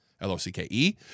L-O-C-K-E